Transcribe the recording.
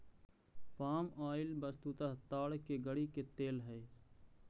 पाम oil वस्तुतः ताड़ के गड़ी के तेल हई